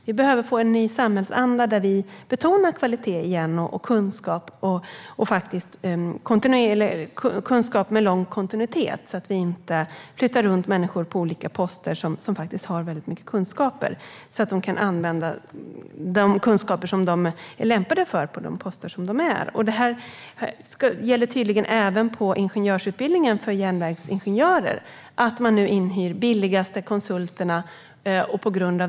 Det behövs en ny samhällsanda där vi betonar kvalitet och kunskap med lång kontinuitet så att inte människor med mycket kunskaper flyttas runt på olika poster. De ska kunna använda de kunskaper de har på de poster de innehar. Det här gäller tydligen även på ingenjörsutbildningen för järnvägsingenjörer. Där hyrs de billigaste konsulterna in.